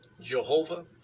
Jehovah